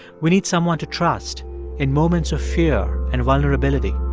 we need someone to trust in moments of fear and vulnerability.